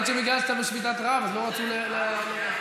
לא דילגתי על כלום.